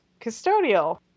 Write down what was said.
custodial